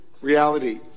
reality